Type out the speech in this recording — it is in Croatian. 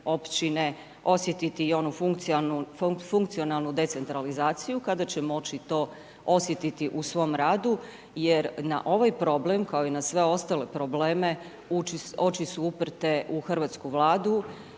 općine, osjetiti i onu funkcionalnu decentralizaciju, kada će moći to osjetiti u svom radu, jer na ovaj problem, kako i na sve ostale probleme oči su uprete u Hrvatsku vladu